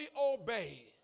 obey